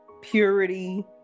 purity